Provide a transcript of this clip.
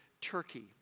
Turkey